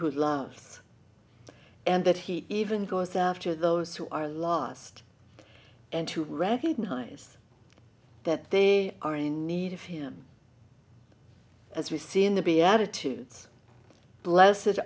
who loves and that he even goes after those who are lost and to recognize that they are in need of him as we see in the beatitudes bless